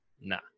Nah